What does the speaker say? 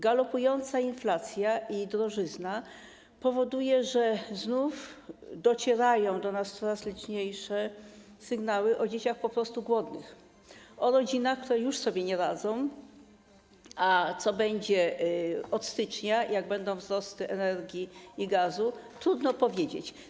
Galopująca inflacja i drożyzna powodują, że znów docierają do nas coraz liczniejsze sygnały o dzieciach po prostu głodnych, o rodzinach, które już sobie nie radzą, a co będzie od stycznia, jak będą wzrosty cen energii i gazu, trudno powiedzieć.